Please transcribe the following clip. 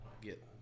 get